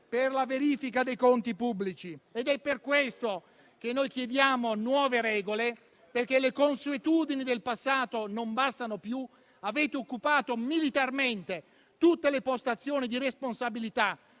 per la verifica dei conti pubblici. Per questa ragione chiediamo nuove regole. Le consuetudini del passato non bastano più. Avete occupato militarmente tutte le postazioni di responsabilità,